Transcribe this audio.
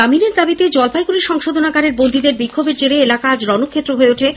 জামিনের দাবিতে জলপাইগুড়ি সংশোধনাগারের বন্দীদের বিক্ষোভের জেরে এলাকা আজ রণক্ষেত্র হয়ে ওঠে